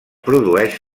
produeix